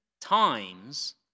times